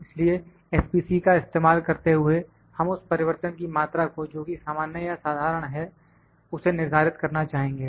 इसलिए SPC का इस्तेमाल करते हुए हम उस परिवर्तन की मात्रा को जोकि सामान्य या साधारण है उसे निर्धारित करना चाहेंगे